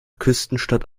küstenstadt